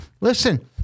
listen